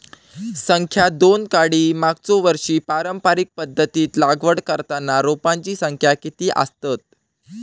संख्या दोन काडी मागचो वर्षी पारंपरिक पध्दतीत लागवड करताना रोपांची संख्या किती आसतत?